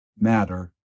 matter